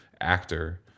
actor